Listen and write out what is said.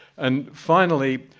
and finally,